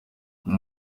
iyi